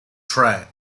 track